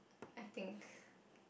I think